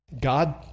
God